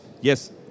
yes